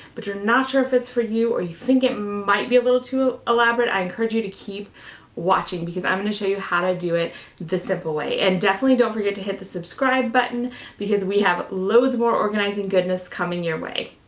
but you're not sure if it's for you or you think it might be a little too elaborate, i encourage you to keep watching because i'm gonna show you how to do it the simple way. and definitely don't forget to hit the subscribe button because we have loads more organizing goodness coming your way.